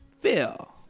Phil